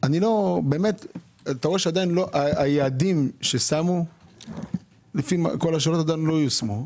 אתה רואה היעדים ששמו עדיין לא יושמו.